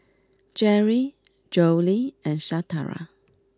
Jerri Jolie and Shatara